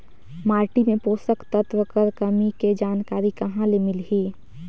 माटी मे पोषक तत्व कर कमी के जानकारी कहां ले मिलही?